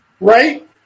Right